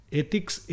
ethics